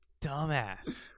Dumbass